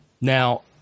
Now